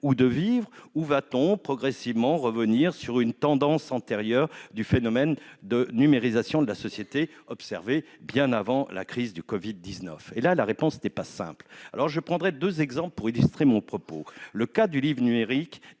de vivre, ou va-t-on progressivement revenir à une tendance antérieure à la numérisation de la société, observée bien avant la crise du Covid-19 ? La réponse à ces questions n'est pas simple. Je prendrai deux exemples pour illustrer mon propos : ceux du livre numérique